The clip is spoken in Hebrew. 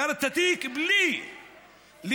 סגר את התיק בלי לנקות